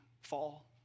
fall